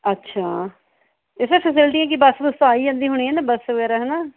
ਅੱਛਾ ਅਤੇ sir facility ਕੀ ਬਸ ਬੁਸ ਤਾਂ ਆ ਹੀ ਜਾਂਦੀ ਹੋਣੀ ਬਸ ਵਗੈਰਾ ਹਨਾ